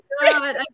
God